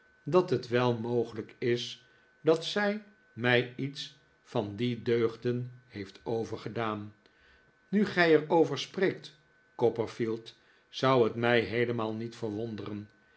dat het wel mogelijk is dat zij mij iets van die deugden heeft overgedaan nu gij er over spreekt copperfield zou het mij heelemaal niet verwonderen